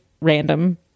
random